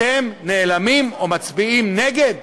אתם נעלמים או מצביעים נגד?